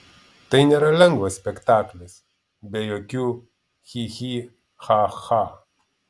tai nėra lengvas spektaklis be jokių chi chi cha cha